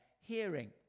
hearing